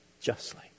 justly